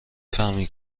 فهمی